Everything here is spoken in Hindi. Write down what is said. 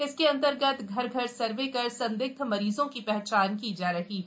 इसके अंतगत घर घर सर्वे कर संदिग्ध मरीजों की पहचान की जा रही है